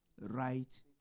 right